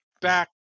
back